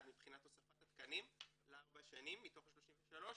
מבחינת הוספת התקנים לארבע השנים מתוך ה-33,